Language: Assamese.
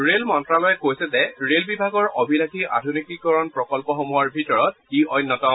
ৰেল মন্ত্যালয়ে কৈছে যে ৰেল বিভাগৰ অভিলাযী আধুনিকীকৰণ প্ৰকল্পসমূহৰ ভিতৰত ই অন্যতম